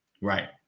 Right